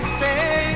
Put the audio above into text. say